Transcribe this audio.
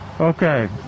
Okay